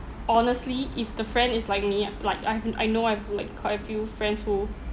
honestly if the friend is like me like I haven't I know I've like quite a few friends who